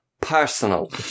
personal